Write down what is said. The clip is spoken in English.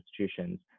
institutions